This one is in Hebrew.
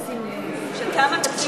אתה רוצה להגיד לי שאין לכם נתונים של כמה, ?